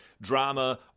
drama